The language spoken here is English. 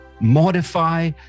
modify